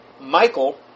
Michael